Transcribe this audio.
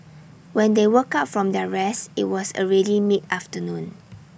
when they woke up from their rest IT was already mid afternoon